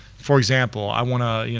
for example, i wanna